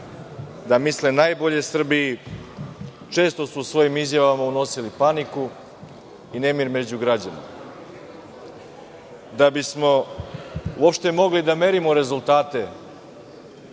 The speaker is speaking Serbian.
da misle najbolje Srbiji. Oni su često u svojim izjavama iznosili paniku i nemir među građane. Da bismo uopšte mogli da merimo rezultate